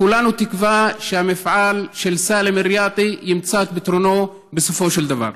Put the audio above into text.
כולנו תקווה שהמפעל של סאלם ריאתה ימצא את פתרונו בסופו של דבר.